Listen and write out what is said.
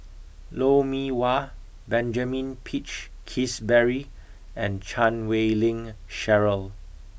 Lou Mee Wah Benjamin Peach Keasberry and Chan Wei Ling Cheryl